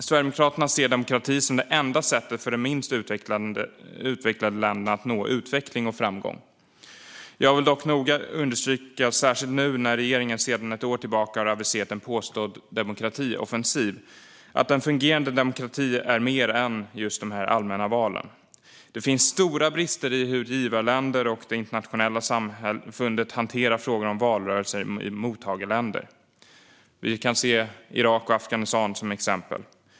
Sverigedemokraterna ser demokrati som det enda sättet för de minst utvecklade länderna att nå utveckling och framgång. Jag vill dock noga understryka, särskilt nu när regeringen sedan ett år tillbaka har aviserat en påstådd demokratioffensiv, att en fungerande demokrati är mer än just allmänna val. Det finns stora brister i hur givarländer och det internationella samfundet hanterar frågan om valrörelser i mottagarländer. Vi kan se Irak och Afghanistan som exempel.